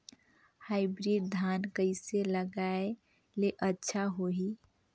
Hybrid धान कइसे लगाय ले अच्छा होही?